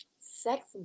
sex